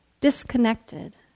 Disconnected